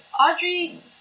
Audrey